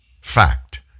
fact